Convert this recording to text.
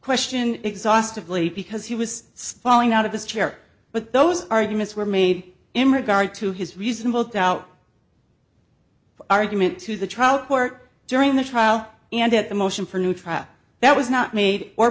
question exhaustedly because he was stalling out of this chair but those arguments were made in regard to his reasonable doubt argument to the trial court during the trial and that the motion for new trial that was not made or